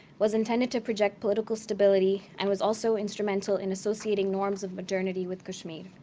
was intended to project political stability, and was also instrumental in associating norms of modernity with kashmir.